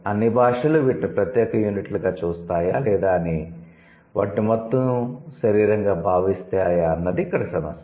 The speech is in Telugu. అన్ని భాషలు వీటిని ప్రత్యేక యూనిట్లుగా చూస్తాయా లేదా అవి వాటిని మొత్తం శరీరంగా భావిస్తాయా అన్నది ఇక్కడ సమస్య